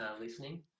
listening